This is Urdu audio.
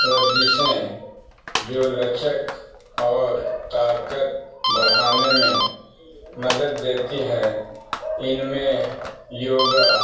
ورزشیں جو لچک اور طاقت بڑھانے میں مدد دیتی ہے ان میں یوگا